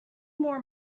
more